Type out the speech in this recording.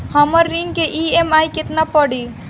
हमर ऋण के ई.एम.आई केतना पड़ी?